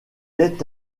est